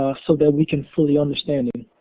ah so that we can fully understand them.